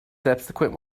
subsequent